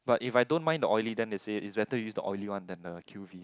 but if I don't mind the oily then they say it's better to use the oily one than the Q_V